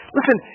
Listen